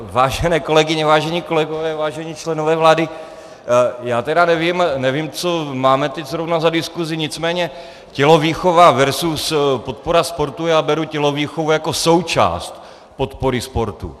Vážené kolegyně, vážení kolegové, vážení členové vlády, já tedy nevím, co máme teď zrovna za diskusi, nicméně tělovýchova versus podpora sportu, já beru tělovýchovu jako součást podpory sportu.